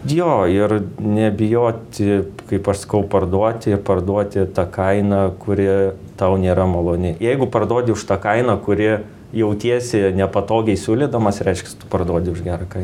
jo ir nebijoti kaip aš sakau parduoti parduoti ta kaina kuri tau nėra maloni jeigu parduodi už tą kainą kuri jautiesi nepatogiai siūlydamas reiškias parduodi už gerą kainą